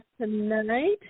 tonight